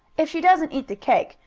if she doesn't eat the cake,